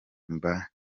mba